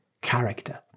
character